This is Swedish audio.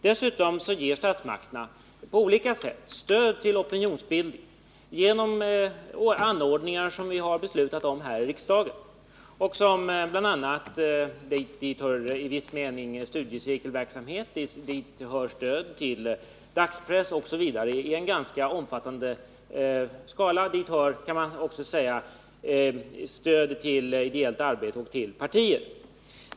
Dessutom ger statsmakterna på olika sätt stöd till opinionsbildning genom anordningar som vi har beslutat om här i riksdagen. Dit hör bl.a. studiecirkelverksamhet, i viss mening också stöd i en ganska stor skala till dagspress och till annan press. Man kan också säga att stöd till ideellt arbete och till partier hör dit.